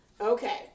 Okay